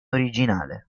originale